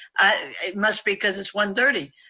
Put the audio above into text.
it must be cause it's one thirty.